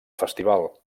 festival